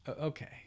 Okay